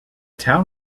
town